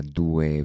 due